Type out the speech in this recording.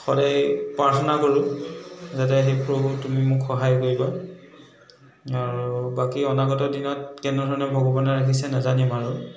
সদায় প্ৰাৰ্থনা কৰোঁ যাতে হে প্ৰভু তুমি মোক সহায় কৰিবা আৰু বাকী অনাগত দিনত কেনেধৰণে ভগৱানে ৰাখিছে নাজানিম আৰু